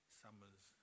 summers